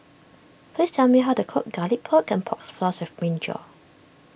please tell me how to cook Garlic Pork and Pork Floss with Brinjal